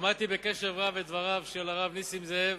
שמעתי בקשב רב את דבריו של הרב נסים זאב,